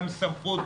גם סמכות,